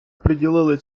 приділили